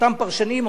אותם פרשנים,